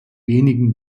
wenigen